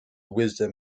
wisdom